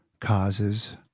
causes